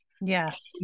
Yes